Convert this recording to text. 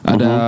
Ada